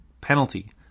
penalty